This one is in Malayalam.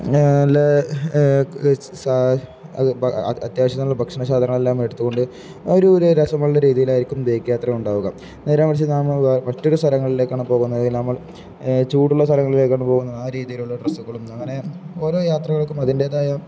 നല്ല അത്യാവശ്യത്തിനുള്ള ഭക്ഷണ സാധനങ്ങളെല്ലാം എടുത്തുകൊണ്ട് ആ ഒരു ഒരു രസമുള്ള രീതിയിലായിരിക്കും ബൈക്ക് യാത്ര ഉണ്ടാവുക നേരെ മറിച്ച് നം മറ്റൊരു സ്ഥലങ്ങളിലേക്കാണ് പോകുന്നത് നമ്മൾ ചൂടുള്ള സ്ഥലങ്ങളിലേക്കാണ് പോകുന്നതെങ്കില് ആ രീതിയിലുള്ള ഡ്രസ്സുകളും അങ്ങനെ ഓരോ യാത്രകൾക്കും അതിന്റേതായ